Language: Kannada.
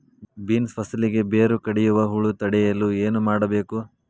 ಬೇನ್ಸ್ ಫಸಲಿಗೆ ಬೇರು ಕಡಿಯುವ ಹುಳು ತಡೆಯಲು ಏನು ಮಾಡಬೇಕು?